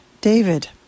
David